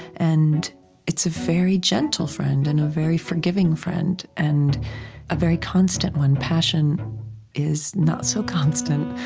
and it's a very gentle friend, and a very forgiving friend, and a very constant one. passion is not so constant,